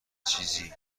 چیزی